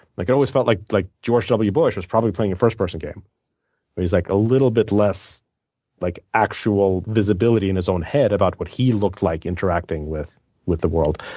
like it always felt like like george w. bush was probably playing a first person game where he was like a little bit less like actual visibility in his own head about what he looked like interacting with with the world.